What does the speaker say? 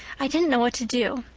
i didn't know what to do.